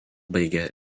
baigė